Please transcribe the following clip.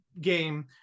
game